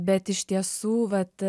bet iš tiesų vat